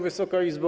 Wysoka Izbo!